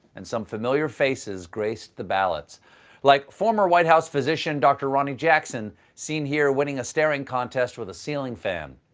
and some familiar faces graced the ballotsk like former white house physician dr. ronny jackson seen here winning a stairing contest with a ceiling fan.